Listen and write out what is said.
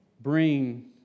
bring